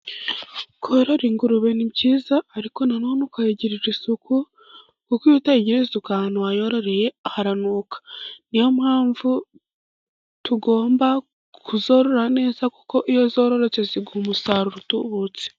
Korora ingurube ni byiza, ariko na none ukayigirira isuku, kuko iyo utayigiriye isuku ahantu wayororeye haranuka. Niyo mpamvu tugomba kuzorora neza, kuko iyo zororotse ziguha umusaruro utubutse.